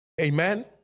Amen